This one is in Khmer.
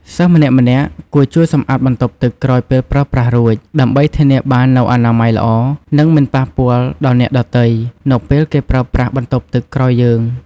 សិស្សម្នាក់ៗគួរជួយគ្នាសម្អាតបន្ទប់ទឹកក្រោយពេលប្រើប្រាស់រួច ដើម្បីធានាបាននូវអនាម័យល្អនិងមិនប៉ះពាល់ដល់អ្នកដទៃនៅពេលគេប្រើប្រាស់បន្ទប់ទឹកក្រោយយើង។